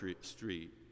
Street